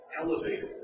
elevated